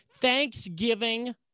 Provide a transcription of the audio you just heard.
Thanksgiving